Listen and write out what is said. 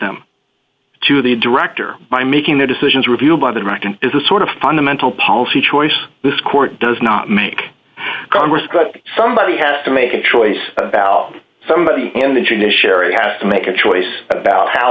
them to the director by making the decisions reviewed by the director is a sort of fundamental policy choice this court does not make congress but somebody has to make a choice about somebody and the judiciary has to make a choice about how